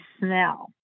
smell